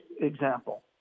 example